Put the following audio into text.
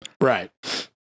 Right